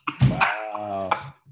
wow